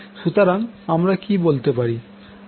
সুতরাং আমরা কি বলতে পারি